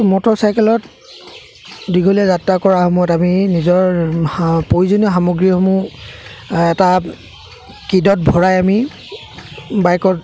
মটৰচাইকেলত দীঘলীয়া যাত্ৰা কৰা সময়ত আমি নিজৰ প্ৰয়োজনীয় সামগ্ৰীসমূহ এটা কীটত ভৰাই আমি বাইকৰ